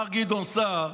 מר גדעון סער,